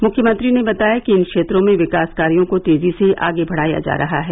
मुख्यमंत्री ने बताया कि इन क्षेत्रों में विकास कार्यो को तेजी से आगे बढ़ाया जा रहा है